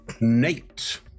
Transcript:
Nate